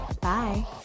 Bye